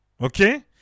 okay